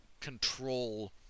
control